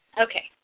Okay